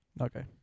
Okay